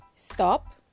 stop